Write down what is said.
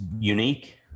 unique